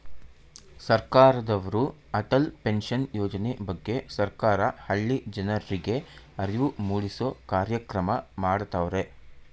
ಸರ್ಕಾರದವ್ರು ಅಟಲ್ ಪೆನ್ಷನ್ ಯೋಜನೆ ಬಗ್ಗೆ ಸರ್ಕಾರ ಹಳ್ಳಿ ಜನರ್ರಿಗೆ ಅರಿವು ಮೂಡಿಸೂ ಕಾರ್ಯಕ್ರಮ ಮಾಡತವ್ರೆ